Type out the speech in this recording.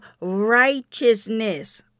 righteousness